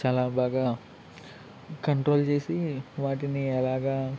చాలా బాగా కంట్రోల్ చేసి వాటిని ఎలాగా